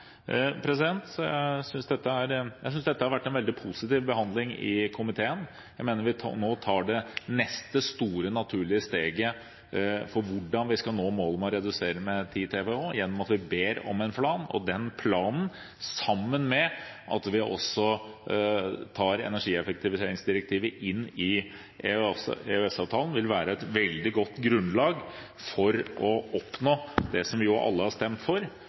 Jeg synes det har vært en veldig positiv behandling i komiteen. Jeg mener vi nå tar det neste store naturlige steget for å nå målet om å redusere med 10 TWh gjennom at vi ber om en plan, og den planen – sammen med at vi også tar energieffektiviseringsdirektivet inn i EØS-avtalen – vil være et veldig godt grunnlag for å oppnå det som alle har stemt for, at vi skal nå energieffektivisering med 10 TWh innen 2030. Takk til forslagsstillerne for